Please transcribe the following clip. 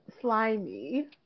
slimy